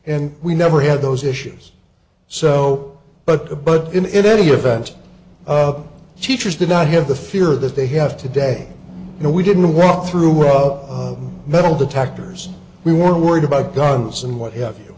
and we never had those issues so but a but in any event the teachers did not have the fear that they have today and we didn't walk through up metal detectors we were worried about guns and what have you